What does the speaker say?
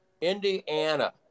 Indiana